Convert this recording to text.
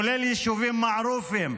כולל יישובים מערופיים,